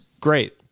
great